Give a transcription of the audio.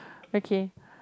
okay